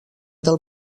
del